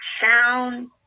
sound